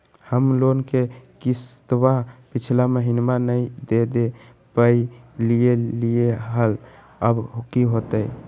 हम लोन के किस्तवा पिछला महिनवा नई दे दे पई लिए लिए हल, अब की होतई?